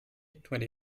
twenty